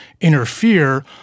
interfere